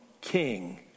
king